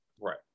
Right